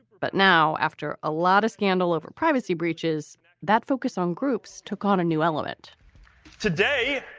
but now, after a lot of scandal over privacy breaches that focus on groups took on a new element today,